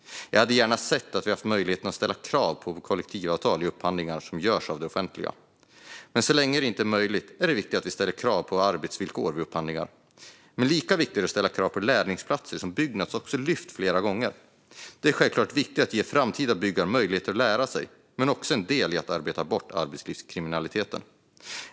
Jag hade gärna sett att vi haft möjlighet att ställa krav på kollektivavtal i upphandlingar som görs av det offentliga, men så länge det inte är möjligt är det viktigt att vi ställer krav på arbetsvillkor vid upphandlingar. Lika viktigt är det dock att ställa krav på lärlingsplatser, vilket Byggnads har lyft flera gånger. Det är självklart viktigt för att framtida byggare ska ha möjlighet att lära sig, men det är också en del i att arbeta bort arbetslivskriminaliteten.